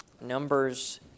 Numbers